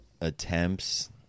attempts